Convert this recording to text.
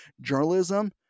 journalism